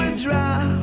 ah drop,